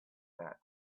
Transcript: that